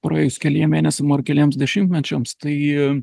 praėjus keliem mėnesiam ar keliems dešimtmečiams tai